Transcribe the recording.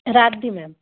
ਰਾਤ ਦੀ ਮੈਮ